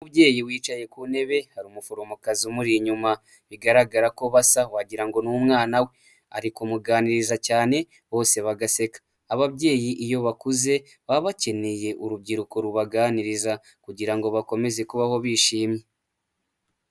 Umubyeyi wicaye ku ntebe hari umuforomokazi umuri inyuma, bigaragara ko basa wagira ngo n'umwana we, ari kumuganiriza cyane bose bagaseka. Ababyeyi iyo bakuze baba bakeneye urubyiruko rubaganiriza kugira ngo bakomeze kubaho bishimye.